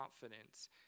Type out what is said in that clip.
confidence